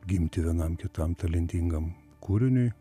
gimti vienam kitam talentingam kūriniui